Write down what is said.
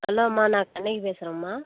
hello அம்மா நான் கண்ணகி பேசுகிறேம்மா